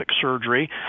surgery